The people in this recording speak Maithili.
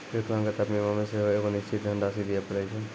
विकलांगता बीमा मे सेहो एगो निश्चित धन राशि दिये पड़ै छै